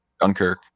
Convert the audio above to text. Dunkirk